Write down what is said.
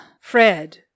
Fred